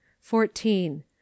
Fourteen